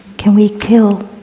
can we kill